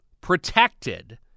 protected